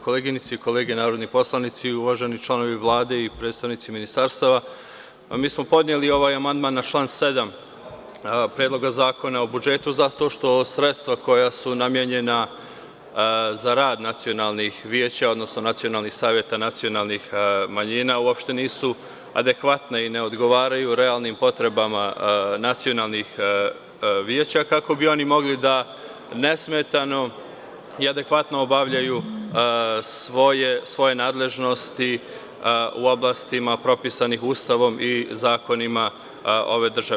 Koleginice i kolege narodni poslanici, uvaženi članovi Vlade i predstavnici ministarstava, mi smo podneli ovaj amandman na član 7. predloga zakona o budžetu zato što sredstava koja su namenjena za rada nacionalnih veća, odnosno nacionalnih saveta nacionalnih manjina uopšte nisu adekvatna i ne odgovaraju realnim potreba nacionalnih veća kako bi oni mogli da nesmetano i adekvatno obavljaju svoje nadležnosti u oblastima propisanih Ustavom i zakonima ove države.